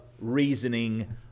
reasoning